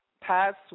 past